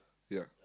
ya